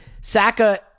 Saka